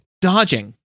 dodging